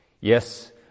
Yes